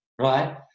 right